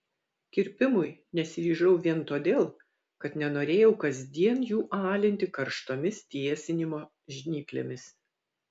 kirpimui nesiryžau vien todėl kad nenorėjau kasdien jų alinti karštomis tiesinimo žnyplėmis